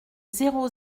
zéro